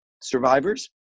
survivors